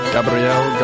Gabriel